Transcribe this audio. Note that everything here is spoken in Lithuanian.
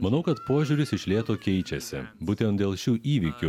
manau kad požiūris iš lėto keičiasi būtent dėl šių įvykių